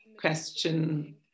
question